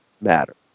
matter